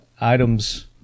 items